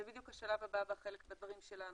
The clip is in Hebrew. זה בדיוק השלב הבא בדברים שלנו.